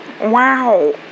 Wow